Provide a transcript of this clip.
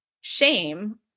shame